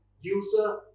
user